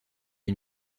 une